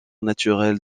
naturelle